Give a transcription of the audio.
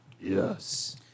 yes